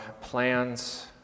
plans